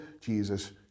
Jesus